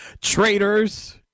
traitors